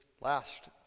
last